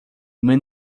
mean